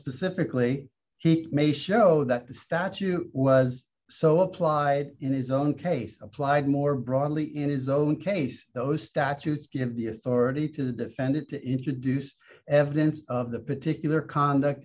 specifically he may show that the statute was so applied in his own case applied more broadly in his own case those statutes give the authority to the defendant to introduce evidence of the particular conduct